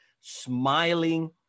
smiling